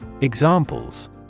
Examples